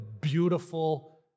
beautiful